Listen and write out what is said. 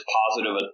positive